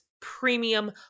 premium